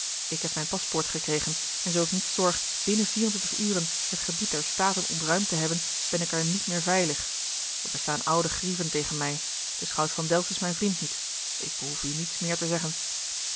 ik heb mijn paspoort gekregen en zoo ik niet zorg binnen vierentwintig uren het gebied der staten ontruimd te hebben ben ik er niet meer veilig er bestaan oude grieven tegen mij de schout van delft is mijn vriend niet ik behoef u niets meer te zeggen